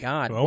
God